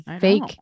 fake